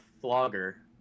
flogger